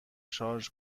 شارژ